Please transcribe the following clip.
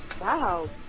Wow